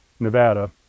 Nevada